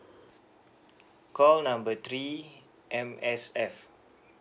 call number three M_S_F